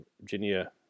Virginia